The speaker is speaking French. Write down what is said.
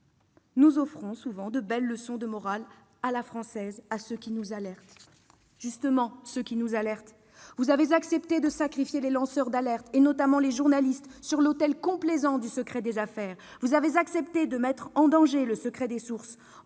nous offrons souvent de belles leçons de morale « à la française » à ceux qui nous alertent. Ça ... Parlons-en, justement, de ceux qui nous alertent. Vous avez accepté de sacrifier les lanceurs d'alerte, notamment les journalistes, sur l'autel complaisant du secret des affaires. Vous avez accepté de mettre en danger le secret des sources.